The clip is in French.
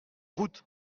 route